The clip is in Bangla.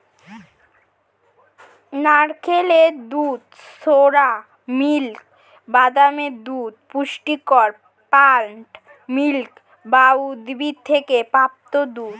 নারকেলের দুধ, সোয়া মিল্ক, বাদামের দুধ পুষ্টিকর প্লান্ট মিল্ক বা উদ্ভিদ থেকে প্রাপ্ত দুধ